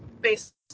based